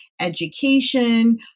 education